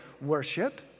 worship